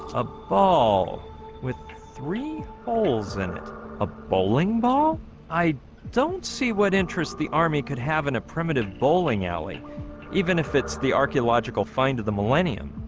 a ball with three holes in it a bowling ball i don't see what interest the army could have in a primitive bowling alley even if it's the archeological find of the millennium